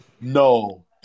no